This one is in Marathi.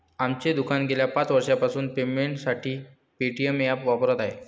आमचे दुकान गेल्या पाच वर्षांपासून पेमेंटसाठी पेटीएम ॲप वापरत आहे